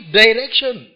direction